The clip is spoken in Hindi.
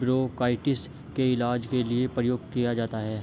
ब्रोंकाइटिस के इलाज के लिए प्रयोग किया जाता है